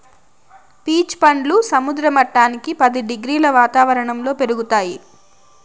peach పండ్లు సముద్ర మట్టానికి పది డిగ్రీల వాతావరణంలో పెరుగుతాయి